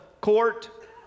court